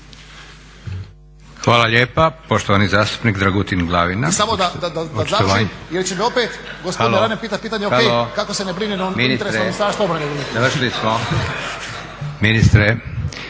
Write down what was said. Hvala lijepa. Poštovani zastupnik Dragutin Glavina.